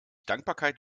dankbarkeit